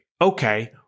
Okay